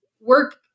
work